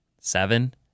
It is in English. seven